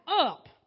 up